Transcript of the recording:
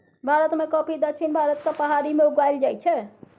भारत मे कॉफी दक्षिण भारतक पहाड़ी मे उगाएल जाइ छै